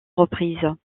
reprises